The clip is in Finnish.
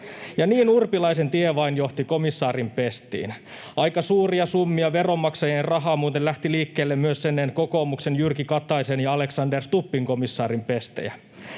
niin Urpilaisen tie vain johti komissaarin pestiin. Aika suuria summia veronmaksajien rahaa muuten lähti liikkeelle myös ennen kokoomuksen Jyrki Kataisen ja Alexander Stubbin komissaarinpestejä.